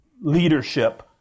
leadership